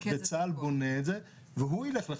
וצה"ל בונה את זה והוא ילך לחפש.